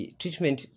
treatment